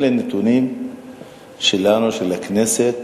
אלה הנתונים שלנו, של הכנסת,